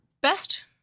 best